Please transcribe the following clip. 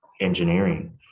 engineering